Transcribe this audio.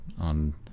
on